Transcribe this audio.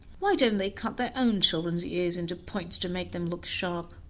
why don't they cut their own children's ears into points to make them look sharp?